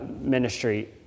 ministry